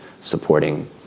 supporting